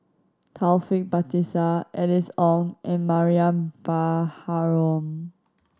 Taufik Batisah Alice Ong and Mariam Baharom